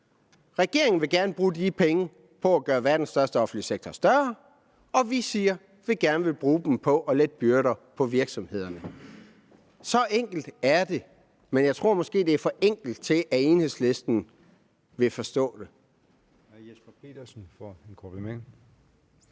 Regeringen vil gerne bruge de penge på at gøre verdens største offentlige sektor større, og vi siger, at vi gerne vil bruge dem på at lette byrderne for virksomhederne. Så enkelt er det, men jeg tror, det måske er for enkelt, til at Enhedslisten vil forstå det.